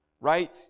right